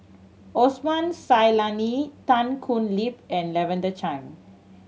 Osman Zailani Tan Thoon Lip and Lavender Chang